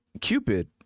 Cupid